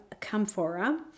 camphora